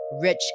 rich